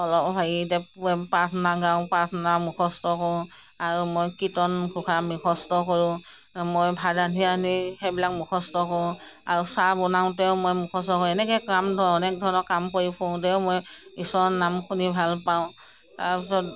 অলপ হেৰিতে প্ৰাৰ্থনা গাওঁ প্ৰাৰ্থনা মুখস্থ কৰোঁ আৰু মই কীৰ্তন ঘোষা মুখস্থ কৰোঁ মই ভাত ৰান্ধি ৰান্ধি সেইবিলাক মুখস্থ কৰোঁ আৰু চাহ বনাওঁতেও মই মুখস্থ কৰোঁ সেনেকেই কাম অনেক ধৰণৰ কাম কৰি ফুৰোঁতেও মই ঈশ্বৰৰ নাম শুনি ভালপাওঁ তাৰপিছত